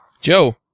Joe